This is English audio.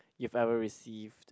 you've ever received